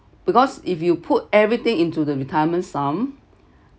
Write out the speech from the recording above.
because if you put everything into the retirement sum